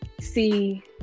see